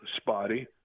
spotty